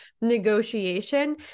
negotiation